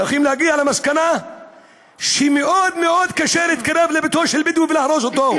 צריכים להגיע למסקנה שמאוד מאוד קשה להתקרב לביתו של בדואי ולהרוס אותו,